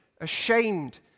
ashamed